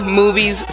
movies